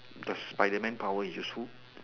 does Spiderman power is useful